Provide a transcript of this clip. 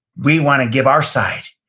we wanna give our side.